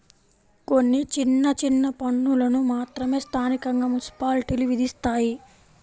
కొన్ని చిన్న చిన్న పన్నులను మాత్రమే స్థానికంగా మున్సిపాలిటీలు విధిస్తాయి